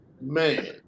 Man